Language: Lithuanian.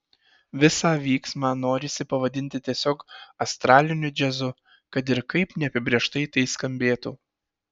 visą vyksmą norisi pavadinti tiesiog astraliniu džiazu kad ir kaip neapibrėžtai tai skambėtų